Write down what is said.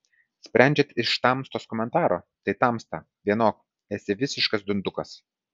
sprendžiant iš tamstos komentaro tai tamsta vienok esi visiškas dundukas